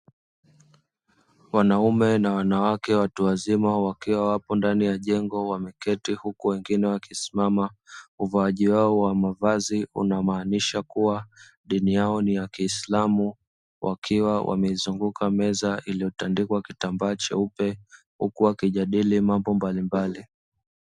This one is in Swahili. Wanaume na wanawake watu wazima wakiwa wapo ndani ya jengo wameketi huku wengine wakisimama. Uvaaji wao wa mavazi unamaanisha kuwa dini yao ni ya kiislamu wakiwa wameizunguka meza iliyotandikwa kitambaa cheupe huku wakijadili mambo mbalimbali.